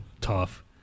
tough